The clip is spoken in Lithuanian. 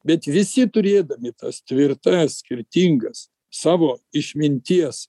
bet visi turėdami tas tvirtas skirtingas savo išminties